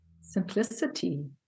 simplicity